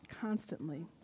constantly